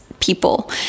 People